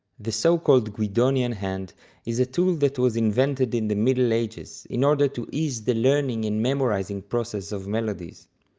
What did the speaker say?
the so-called guidonian hand is a tool that was invented in the middle ages in order to ease the learning and memorizing process of melodies.